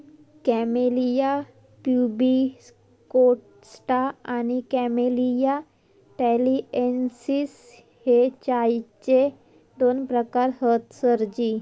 camellia pubicosta आणि camellia taliensis हे चायचे दोन प्रकार हत सरजी